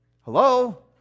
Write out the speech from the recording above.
Hello